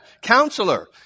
Counselor